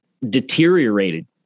Deteriorated